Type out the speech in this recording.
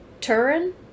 Turin